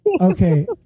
Okay